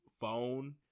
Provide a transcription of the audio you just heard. phone